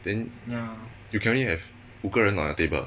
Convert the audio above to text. then you can only have 五个人 what a table